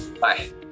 Bye